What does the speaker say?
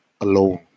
alone